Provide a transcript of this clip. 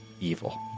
evil